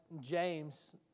James